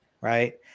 right